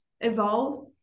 evolve